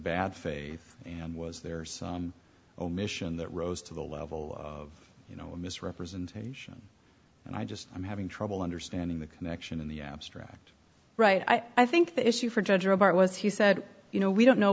bad faith and was there omission that rose to the level of you know misrepresentation and i just i'm having trouble understanding the connection in the abstract right i think the issue for judge robert was he said you know we don't know